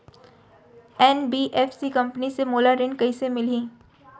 NBFC company ले मोला ऋण कइसे मिलही?